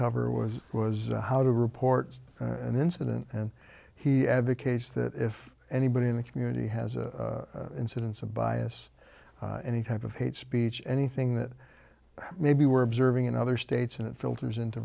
cover was was a how to report an incident and he advocates that if anybody in the community has a incidents of bias any type of hate speech anything that maybe we're observing in other states and it filters into